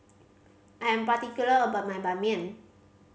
I am particular about my Ban Mian